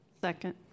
Second